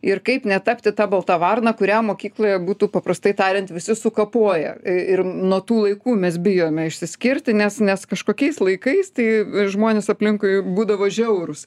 ir kaip netapti ta balta varna kurią mokykloje būtų paprastai tariant visi sukapoję ir nuo tų laikų mes bijome išsiskirti nes nes kažkokiais laikais tai žmonės aplinkui būdavo žiaurūs